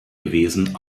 gewesen